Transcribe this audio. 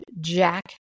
Jack